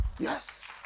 Yes